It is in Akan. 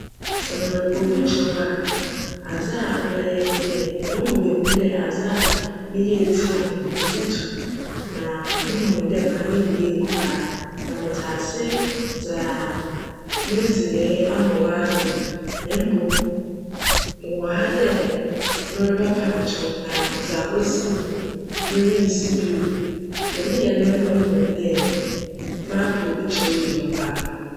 Sj merepa obi kyjw a, adze a mebjyj nye dj, mebjma oehu dj, adze a meyjj tsia no no, megye to mu na muhun no dj mannyj ne yie koraa na metse ase dza me ndzeyjj ama cafa mu na mbom mowc ha dj merebjpa ne kyjw na dza osii no bi rinnsi bio. Dza meyj no ma hu dj m'apa obi kyjw yie papaapa.